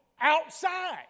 outside